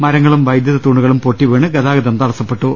മുരങ്ങളും വൈദ്യുതി തൂണുകളും പൊട്ടിവീണ് ഗതാഗതം തടസ്സപ്പെട്ടു